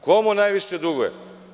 Ko mu najviše duguje?